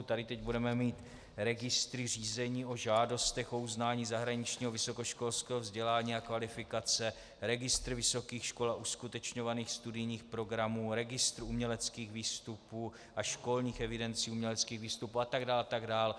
Tady teď budeme mít registry řízení o žádostech o uznání zahraničního vysokoškolského vzdělání a kvalifikace, registr vysokých škol a uskutečňovaných studijních programů, registr uměleckých výstupů a školních evidencí uměleckých výstupů atd. atd.